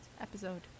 episode